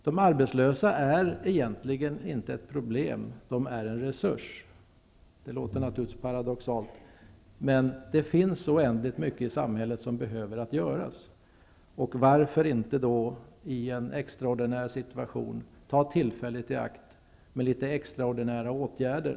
De arbetslösa är egentligen inte ett problem. De är en resurs. Det låter naturligtvis paradoxalt, men det finns oändligt mycket i samhället som behöver göras. Varför inte ta tillfället i akt i en extraordinär situation och genomföra litet extraordinära åtgärder?